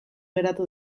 geratu